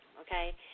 okay